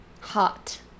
Hot